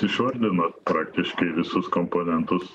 išvardinot praktiškai visus komponentus